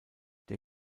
der